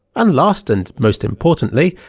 and last and most importantly,